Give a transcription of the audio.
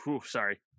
Sorry